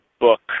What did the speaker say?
book